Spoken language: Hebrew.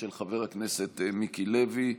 של חבר הכנסת מיקי לוי,